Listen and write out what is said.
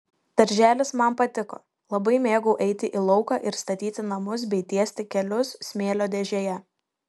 darželis man patiko labai mėgau eiti į lauką ir statyti namus bei tiesti kelius smėlio dėžėje